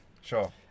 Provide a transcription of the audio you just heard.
Sure